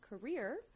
career